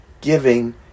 giving